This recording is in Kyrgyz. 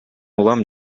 улам